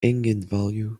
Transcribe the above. eigenvalue